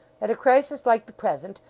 at a crisis like the present,